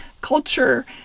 culture